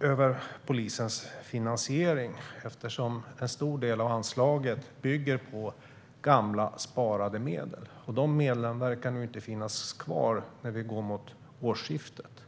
över polisens finansiering, eftersom en stor del av anslaget bygger på gamla sparade medel. Dessa medel verkar inte finnas kvar när vi går mot årsskiftet.